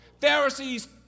Pharisees